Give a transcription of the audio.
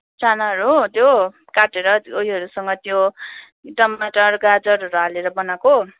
चानाहरू हो त्यो काटेर उयोहरूसँग त्यो टमाटर गाजरहरू हालेर बनाएको